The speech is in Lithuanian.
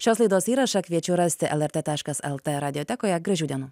šios laidos įrašą kviečiu rasti lrt taškas lt radiotekoje gražių dienų